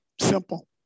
Simple